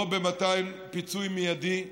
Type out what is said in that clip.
לא במתן פיצוי מיידי,